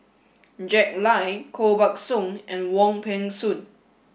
Jack Lai Koh Buck Song and Wong Peng Soon